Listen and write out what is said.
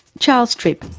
charles tripp,